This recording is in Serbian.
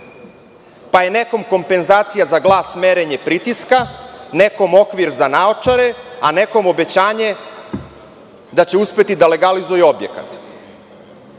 sada. Nekom je kompenzacija za glas merenje pritiska, nekom okvir za naočare, a nekome obećanje da će uspeti da legalizuje objekat.